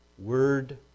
Word